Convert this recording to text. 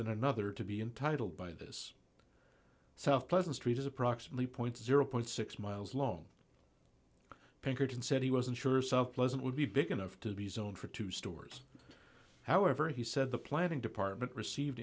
than another to be entitled by this south pleasant street as approximately point zero point six miles long pinkerton said he wasn't sure self pleasant would be big enough to be zoned for two stores however he said the planning department received